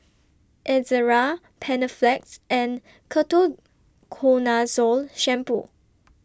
Ezerra Panaflex and Ketoconazole Shampoo